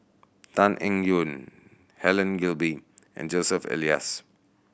Tan Eng Yoon Helen Gilbey and Joseph Elias